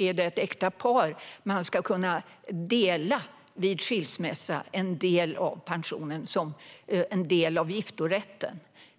ett äkta par ska kunna dela på en del av pensionen vid en skilsmässa som en del av giftorätten.